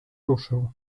ruszył